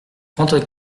trente